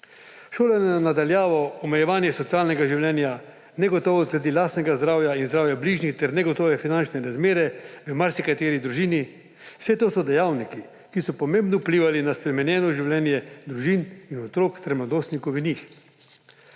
Šolanje na daljavo, omejevanje socialnega življenja, negotovost glede lastnega zdravja in zdravja bližnjih ter negotove finančne razmere v marsikateri družini vse to so dejavniki, ki so pomembno vplivali na spremenjeno življenje družin in otrok ter mladostnikov.